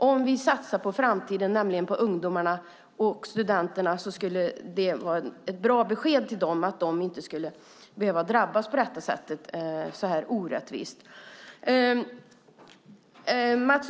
Om vi skulle satsa på framtiden, på ungdomarna och studenterna, vore det ett bra besked till dem att de inte behöver drabbas på detta orättvisa sätt.